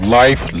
life